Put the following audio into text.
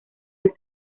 del